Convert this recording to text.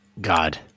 God